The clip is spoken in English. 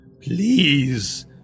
please